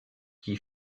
qui